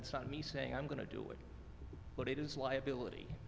that's not me saying i'm going to do it but it is liability